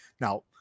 now